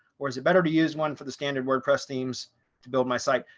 or is it better to use one for the standard wordpress themes to build my site,